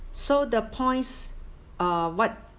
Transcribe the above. so the points uh what